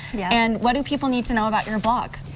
and what do people need to know about your blog.